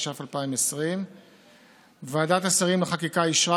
התש"ף 2020. ועדת השרים לחקיקה אישרה